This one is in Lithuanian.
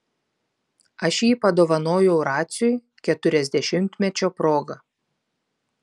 aš jį padovanojau raciui keturiasdešimtmečio proga